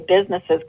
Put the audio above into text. businesses